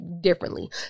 differently